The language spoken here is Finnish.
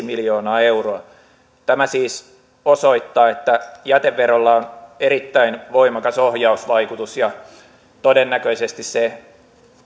miljoonaa euroa tämä siis osoittaa että jäteverolla on erittäin voimakas ohjausvaikutus ja todennäköisesti se